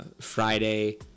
Friday